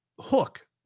hook